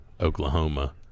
Oklahoma